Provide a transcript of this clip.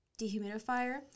dehumidifier